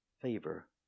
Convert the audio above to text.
favor